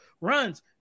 runs